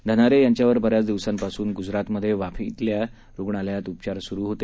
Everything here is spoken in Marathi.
धनारे यांच्यावर बऱ्याच दिवसांपासून गुजरातमधे वापी क्विल्या रुग्णालयात उपचार सुरू होते